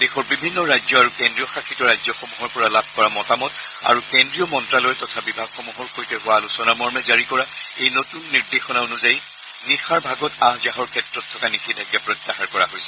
দেশৰ বিভিন্ন ৰাজ্য আৰু কেন্দ্ৰীয় শাসিত ৰাজ্যসমূহৰ পৰা লাভ কৰা মতামত আৰু কেন্দ্ৰীয় মন্ত্যালয় তথা বিভাগসমূহৰ সৈতে হোৱা আলোচনামৰ্মে জাৰি কৰা এই নতুন নিৰ্দেশনা অনুযায়ী নিশাৰ ভাগত আহ যাহৰ ক্ষেত্ৰত থকা নিষেধাজ্ঞা প্ৰত্যাহাৰ কৰা হৈছে